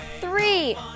three